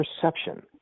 perception